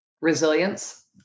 resilience